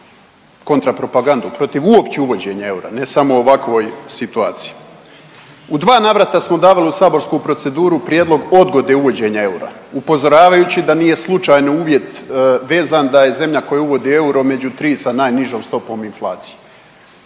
kontra propagandu protiv uopće uvođenja eura ne samo u ovakvoj situaciji. U dva navrata smo davali u saborsku proceduru prijedlog odgode uvođenja eura upozoravajući da nije slučajan uvjet vezan da je zemlja koja uvodi euro među tri sa najnižom stopom inflacije.